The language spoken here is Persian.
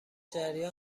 جریان